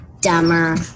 dumber